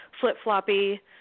flip-floppy